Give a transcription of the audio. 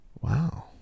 wow